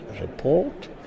report